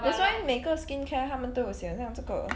that's why 每个 skincare 他们都有写好像这个